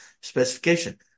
specification